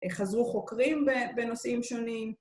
חזרו חוקרים ב... בנושאים שונים.